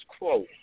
quo